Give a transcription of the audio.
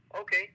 Okay